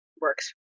works